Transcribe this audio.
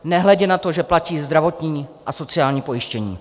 Nehledě na to, že platí zdravotní a sociální pojištění.